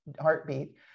heartbeat